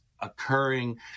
occurring